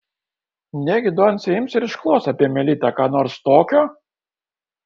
negi doncė ims ir išklos apie melitą ką nors tokio